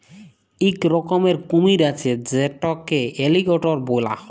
ইক রকমের কুমির আছে যেটকে এলিগ্যাটর ব্যলা হ্যয়